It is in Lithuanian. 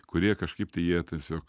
kurie kažkaip tai jie tiesiog